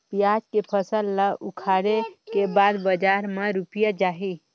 पियाज के फसल ला उखाड़े के बाद बजार मा रुपिया जाही?